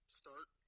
start